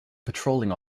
patrolling